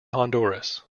honduras